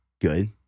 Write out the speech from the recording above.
good